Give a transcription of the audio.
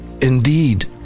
Indeed